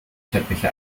teppiche